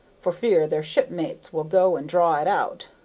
for fear their shipmates will go and draw it out.